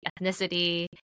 ethnicity